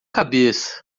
cabeça